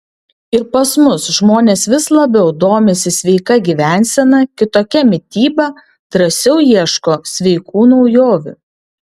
ir pas mus žmonės vis labiau domisi sveika gyvensena kitokia mityba drąsiau ieško sveikų naujovių